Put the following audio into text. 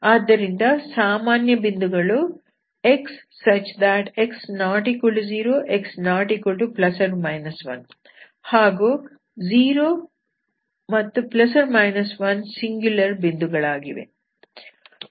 ಆದ್ದರಿಂದ ಸಾಮಾನ್ಯ ಬಿಂದುಗಳು xx≠0x≠±1 ಹಾಗೂ 0 ±1 ಸಿಂಗುಲರ್ ಬಿಂದುಗಳಾಗಿವೆ